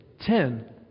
ten